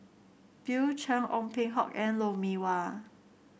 Bill Chen Ong Peng Hock and Lou Mee Wah